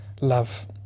love